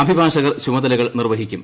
അഭിഭാഷകർ ചുമതലകൾ നിർവഹിക്കും